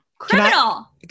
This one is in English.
Criminal